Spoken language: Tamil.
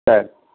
சரி